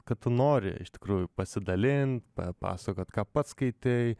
kad tu nori iš tikrųjų pasidalint papasakot ką pats skaitei